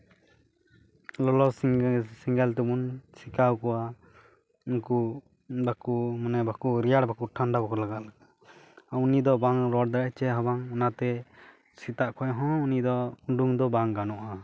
ᱞᱚᱞᱚ ᱥᱮᱸᱜᱮᱞ ᱛᱮᱵᱚᱱ ᱥᱮᱠᱟᱣ ᱠᱚᱣᱟ ᱩᱱᱠᱩ ᱵᱟᱠᱚ ᱢᱟᱱᱮ ᱴᱷᱟᱱᱰᱟ ᱵᱟᱠᱚ ᱨᱮᱭᱟᱲ ᱵᱟᱠᱚ ᱞᱟᱜᱟᱜ ᱞᱮᱠᱟ ᱟᱨ ᱩᱱᱤ ᱫᱚ ᱵᱟᱝ ᱨᱚᱲ ᱫᱟᱲᱮᱜ ᱪᱮᱫ ᱦᱚᱸ ᱵᱟᱝ ᱚᱱᱟᱛᱮ ᱥᱮᱛᱟᱜ ᱠᱷᱚᱱ ᱦᱚᱸ ᱩᱸᱰᱩᱝ ᱫᱚ ᱵᱟᱝ ᱜᱟᱱᱚᱜᱼᱟ